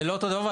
זה לא אותו דבר.